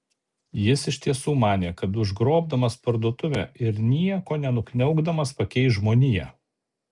jis iš tiesų manė kad užgrobdamas parduotuvę ir nieko nenukniaukdamas pakeis žmoniją